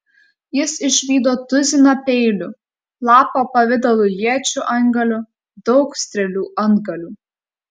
jis išvydo tuziną peilių lapo pavidalo iečių antgalių daug strėlių antgalių